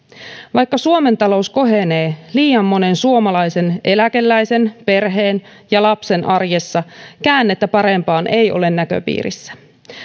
vaikka suomen talous kohenee liian monen suomalaisen eläkeläisen perheen ja lapsen arjessa käännettä parempaan ei ole näköpiirissä